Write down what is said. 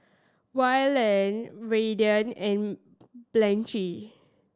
Wayland Raiden and Blanchie